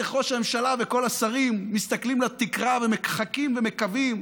איך ראש הממשלה וכל השרים מסתכלים לתקרה ומחכים ומקווים